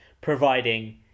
providing